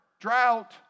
drought